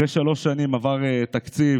אחרי שלוש שנים עבר תקציב,